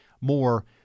more